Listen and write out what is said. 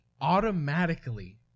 automatically